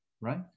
right